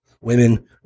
women